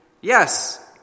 yes